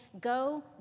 go